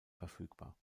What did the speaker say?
verfügbar